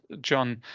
John